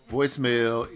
Voicemail